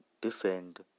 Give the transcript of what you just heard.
defend